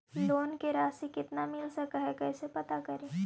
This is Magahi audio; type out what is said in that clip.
लोन के रासि कितना मिल सक है कैसे पता करी?